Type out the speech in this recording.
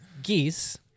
Geese